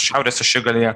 šiaurės ašigalyje